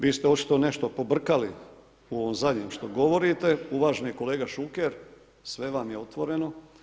Vi ste očito nešto pobrkali u ovom zadnjem što govorite, uvaženi kolega Šuker, sve vam je otvoreno.